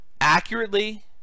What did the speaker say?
accurately